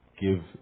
give